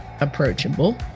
approachable